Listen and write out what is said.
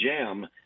jam